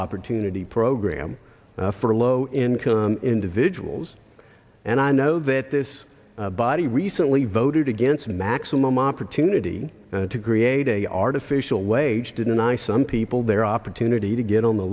opportunity program for low income individuals and i know that this body recently voted against the maximum opportunity to create a artificial wage deny some people their opportunity to get on the